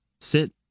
Sit